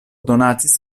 donacis